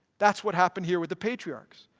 that's what happened here with the patriarchs.